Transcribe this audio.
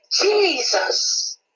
Jesus